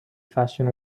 fashion